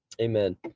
Amen